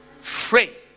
free